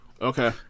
Okay